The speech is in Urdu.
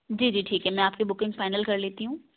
جی جی ٹھیک ہے میں آپ کی بکنگ فائنل کر لیتی ہوں